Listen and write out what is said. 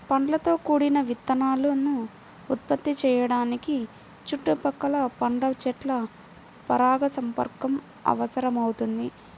పండ్లతో కూడిన విత్తనాలను ఉత్పత్తి చేయడానికి చుట్టుపక్కల పండ్ల చెట్ల పరాగసంపర్కం అవసరమవుతుంది